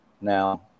Now